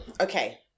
okay